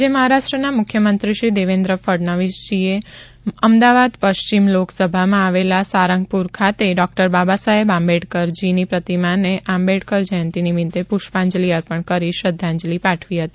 આજે મહારાષ્ટ્રના મુખ્યમંત્રીશ્રી દેવેન્દ્ર ફડણવીસજીએ અમદાવાદ પશ્ચિમ લોકસભામાં આવેલા સારંગપુર ખાતે ડોક્ટર બાબાસાહેબ આંબેડકરજીની પ્રતિમાને આંબેડકર જયંતિ નિમિત્તે પુષ્પાંજલિ અર્પણ કરી શ્રદ્ધાંજલિ પાઠવી હતી